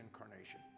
incarnation